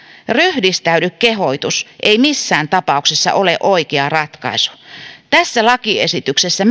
ryhdistäydy kehotus ei missään tapauksessa ole oikea ratkaisu tässä lakiesityksessä